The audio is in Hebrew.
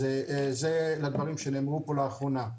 אז זה לדברים שנאמרו פה לאחרונה.